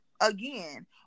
again